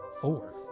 Four